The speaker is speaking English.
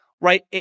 right